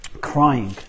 crying